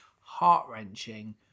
heart-wrenching